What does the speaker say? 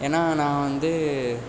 ஏன்னால் நான் வந்து